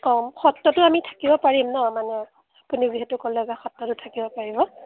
ক'ম সত্ৰটো আমি থাকিব পাৰিম ন মানে আপুনি যিহেতু ক'লে যে সত্ৰটো থাকিব পাৰিব